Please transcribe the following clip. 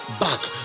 back